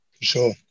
sure